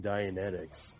Dianetics